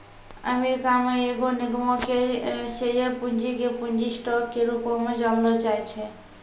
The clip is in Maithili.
अमेरिका मे एगो निगमो के शेयर पूंजी के पूंजी स्टॉक के रूपो मे जानलो जाय छै